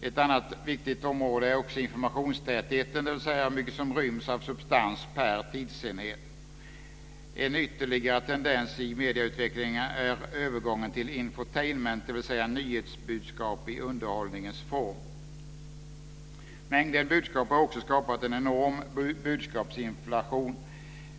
Ett annat viktigt område är informationstätheten, dvs. hur mycket som ryms av substans per tidsenhet. En ytterligare tendens i medieutvecklingen är övergången till "infotainment", dvs. nyhetsbudskap i underhållningens form. Mängden budskap har också skapat en enorm budskapsinflation.